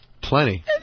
Plenty